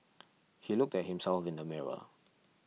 he looked at himself in the mirror